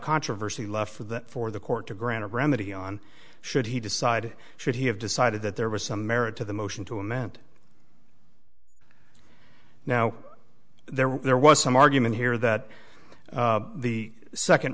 controversy left for that for the court to grant a remedy on should he decide should he have decided that there was some merit to the motion to amend now there there was some argument here that the second